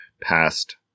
past